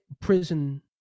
prison